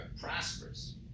prosperous